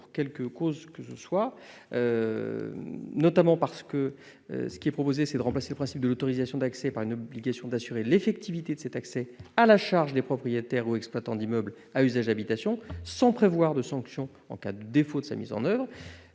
pour quelque cause que ce soit. En effet, il est proposé de remplacer le principe de l'autorisation d'accès par une obligation d'assurer l'effectivité de cet accès, à la charge des propriétaires ou exploitants d'immeubles à usage d'habitation, sans prévoir de sanction en cas de défaut de mise en oeuvre.